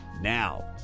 Now